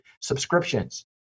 subscriptions